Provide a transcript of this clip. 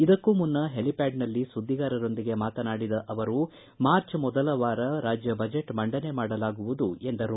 ಇದಕ್ಕೂ ಮುನ್ನ ಹೆಲಿಪ್ಯಾಡಿನಲ್ಲಿ ಸುದ್ದಿಗಾರರೊಂದಿಗೆ ಮಾತನಾಡಿದ ಅವರು ಮಾರ್ಚ್ ಮೊದಲ ವಾರ ರಾಜ್ಯ ಬಜೆಟ್ ಮಂಡನೆ ಮಾಡಲಾಗುವುದು ಎಂದರು